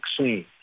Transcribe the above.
vaccine